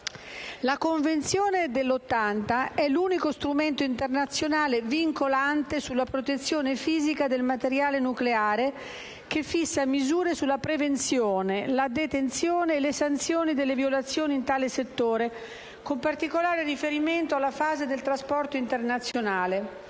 La Convenzione del 1980 è l'unico strumento internazionale vincolante sulla protezione fisica del materiale nucleare, che fissa misure sulla prevenzione, la detenzione e le sanzioni delle violazioni in tale settore, con particolare riferimento alla fase del trasporto internazionale.